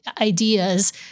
ideas